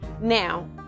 Now